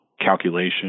calculation